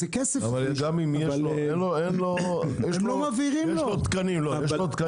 יש לו תקנים לא מאוישים.